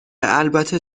البته